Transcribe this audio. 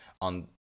on